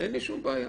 אין לי שום בעיה.